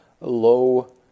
low